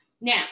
Now